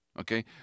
Okay